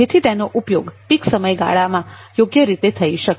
જેથી તેનો ઉપયોગ પીક સમયગાળામાં યોગ્ય રીતે થઇ શકે